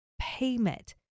payment